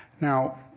Now